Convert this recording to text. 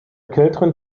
kälteren